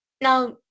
Now